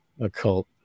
occult